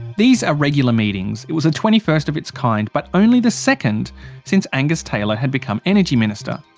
these are regular meetings. it was the twenty first of its kind but only the second since angus taylor had become energy minister.